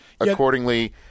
accordingly